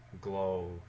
glow